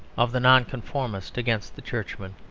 of the nonconformist against the churchman,